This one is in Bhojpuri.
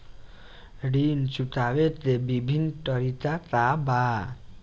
ऋण चुकावे के विभिन्न तरीका का बा?